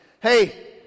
Hey